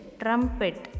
trumpet